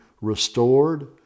restored